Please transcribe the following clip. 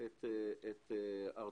את הר-טוב.